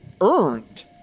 earned